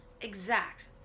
Exact